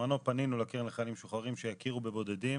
בזמנו פנינו לקרן לחיילים משוחררים שיכירו בבודדים